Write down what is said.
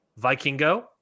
Vikingo